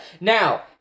Now